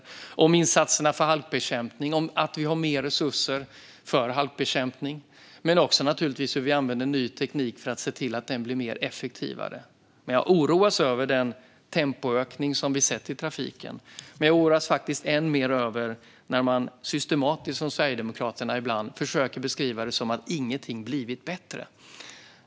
Det handlar även om insatserna för halkbekämpning och att vi har mer resurser för halkbekämpning. Vi måste naturligtvis också använda ny teknik för att det ska bli mer effektivt. Jag oroas över den tempoökning som vi har sett i trafiken. Men jag oroas än mer över att man beskriver det som om ingenting har blivit bättre, så som Sverigedemokraterna ibland systematiskt gör.